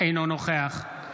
נגד